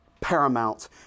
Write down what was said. paramount